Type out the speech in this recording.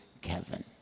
Kevin